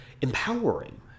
empowering